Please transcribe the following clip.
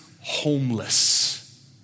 homeless